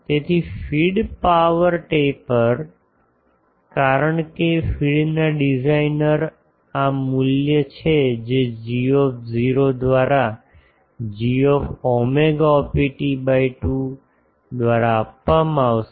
તેથી feed power taper કારણ કે ફીડના ડિઝાઇનર આ મૂલ્ય છે જે g દ્વારા gψopt by 2 દ્વારા આપવામાં આવશે